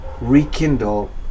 rekindle